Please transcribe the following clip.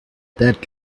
that